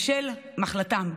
בשל מחלתם.